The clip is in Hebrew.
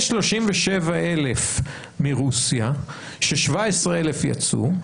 יש 37,000 מרוסיה ש-17,000 יצאו,